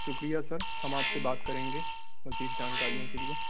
شکریہ سر ہم آپ سے بات کریں گے مزید جانکاریوں کے لیے